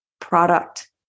product